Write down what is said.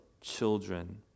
children